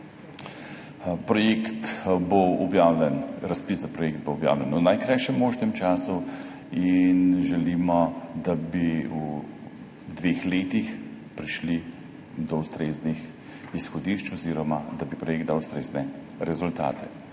Razpis za projekt bo objavljen v najkrajšem možnem času in želimo, da bi v dveh letih prišli do ustreznih izhodišč oziroma da bi projekt dal ustrezne rezultate.